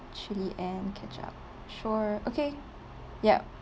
chilli and ketchup sure okay yup